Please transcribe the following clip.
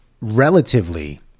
relatively